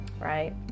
right